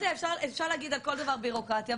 אפשר להגיד על כל דבר בירוקרטיה.